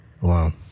Wow